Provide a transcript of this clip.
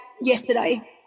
yesterday